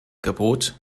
gebot